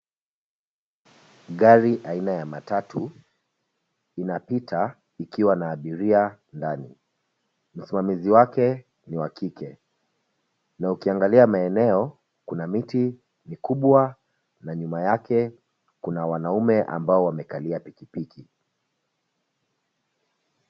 Gari aina ya matatu inapita ikiwa na abiria ndani, msamamizi wake ni wa kike na ukiangalia maeneo kuna miti mikubwa na nyuma yake kuna wanaume ambao wamekalia pikipiki.